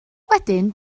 wedyn